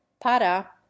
para